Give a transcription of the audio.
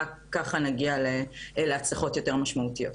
רק ככה נגיע להצלחות יותר משמעותיות,